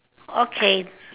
okay